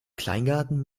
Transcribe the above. kleingarten